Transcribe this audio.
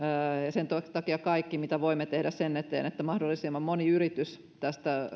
sen takia kaikki mitä voimme tehdä sen eteen että mahdollisimman moni yritys tästä